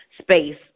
space